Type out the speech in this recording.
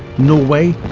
norway,